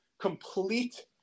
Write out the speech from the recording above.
complete